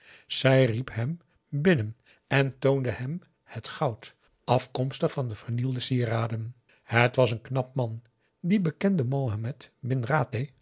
zij riep hem binnen en toonde hem het goud afkomstig van de vernielde sieraden het was een knap man die bekende mohamed bin rateh